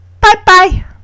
bye-bye